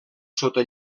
sota